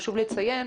חשוב לציין